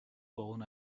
fallen